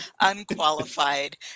unqualified